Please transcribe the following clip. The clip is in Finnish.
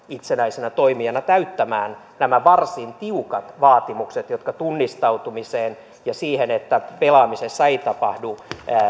paf itsenäisenä toimijana täyttämään nämä varsin tiukat vaatimukset jotka tunnistautumiseen ja siihen että pelaamisessa ei tapahtuisi